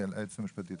היועצת המשפטית,